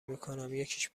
میکنم، یکیش